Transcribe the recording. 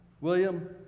William